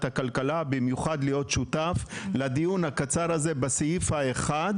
הכלכלה במיוחד להיות שותף לדיון הקצר הזה בסעיף האחד